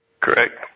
Correct